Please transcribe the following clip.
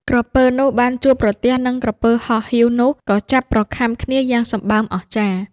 ក្រពើនោះបានជួបប្រទះនឹងក្រពើហោះហៀវនោះ ក៏ចាប់ប្រខាំគ្នាយ៉ាងសម្បើមអស្ចារ្យ។